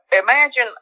Imagine